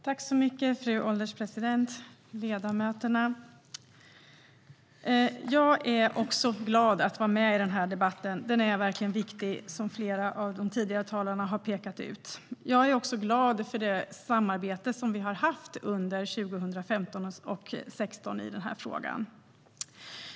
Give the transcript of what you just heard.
Fru ålderspresident och ledamöter! Jag är glad över att vara med i den här debatten. Den är verkligen viktig, som flera av de tidigare talarna har pekat på. Jag är också glad för det samarbete som vi har haft under 2015 och 2016 i den här frågan.